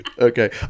Okay